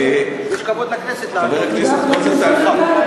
יש כבוד לכנסת, לענות, חבר הכנסת רוזנטל, תודה,